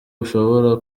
bushobora